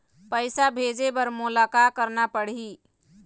पैसा भेजे बर मोला का करना पड़ही?